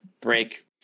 break